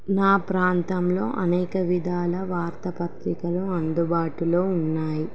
నా ప్రాంతంలో అనేక విధాల వార్తపత్రికలు అందుబాటులో ఉన్నాయి